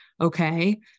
okay